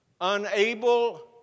unable